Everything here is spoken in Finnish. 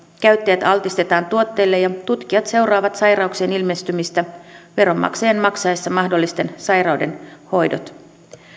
käyttäjät altistetaan tuotteille ja tutkijat seuraavat sairauksien ilmestymistä veronmaksajien maksaessa mahdollisten sairauksien hoidot